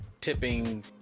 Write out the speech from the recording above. tipping